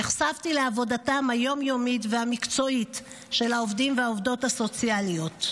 נחשפתי לעבודתם היום-יומית והמקצועית של העובדים והעובדות הסוציאליים,